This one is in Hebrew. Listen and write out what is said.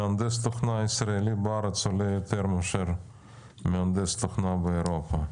מהנדס תוכנה ישראלי בארץ עולה יותר מאשר מהנדס תוכנה באירופה.